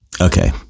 Okay